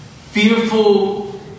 fearful